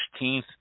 16th